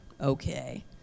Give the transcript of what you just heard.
Okay